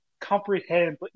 comprehend